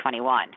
2021